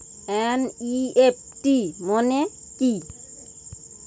NEFT মনে কি?